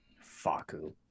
Faku